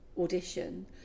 audition